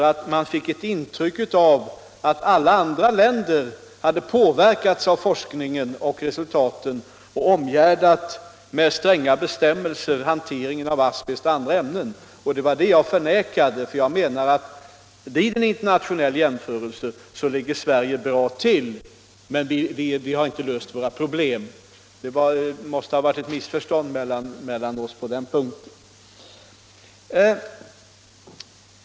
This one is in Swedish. Man fick ett intryck av att alla andra länder hade påverkats av forskningens resultat och omgärdat hanteringen av asbest och andra ämnen med stränga bestämmelser. Det var det jag förnekade. Jag anser att Sverige ligger bra till vid en internationell jämförelse men att vi inte har löst några problem. —- Det måste ha blivit ett litet missförstånd mellan oss på den punkten.